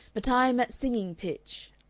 but i am at singing-pitch.